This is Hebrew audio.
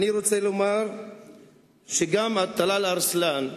אני רוצה לומר שגם טלאל ארסלן,